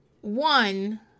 One